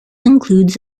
includes